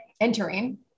entering